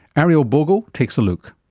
ariel bogle takes a look.